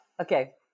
okay